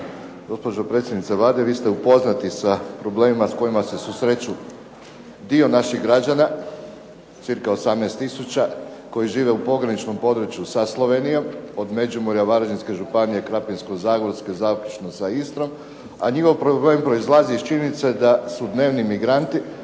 Gospođo predsjednice Vlade, vi ste upoznati sa problemima s kojima se susreću dio naših građana, cirka 18 tisuća koji žive u pograničnom području sa Slovenijom, od Međimurka, Varaždinske županije, Krapinsko-zagorske, zaključno sa Istrom, a njihov problem proizlazi iz činjenice da su dnevni migranti,